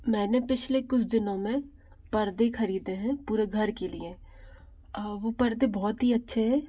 मैंने पिछले कुछ दिनों में पर्दे खरीदे हैं पूरे घर के लिए वो पर्दे बहुत ही अच्छे हैं